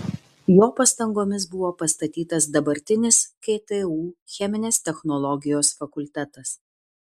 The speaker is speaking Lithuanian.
jo pastangomis buvo pastatytas dabartinis ktu cheminės technologijos fakultetas